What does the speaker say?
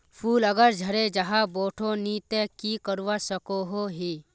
फूल अगर झरे जहा बोठो नी ते की करवा सकोहो ही?